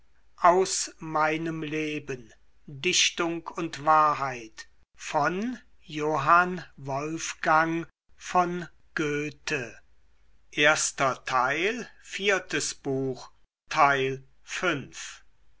aus meinem leben dichtung und wahrheit